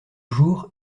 jour